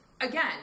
Again